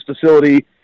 facility